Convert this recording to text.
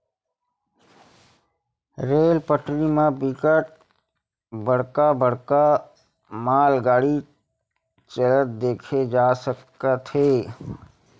rail पटरी म बिकट बड़का बड़का मालगाड़ी चलत देखे जा सकत हे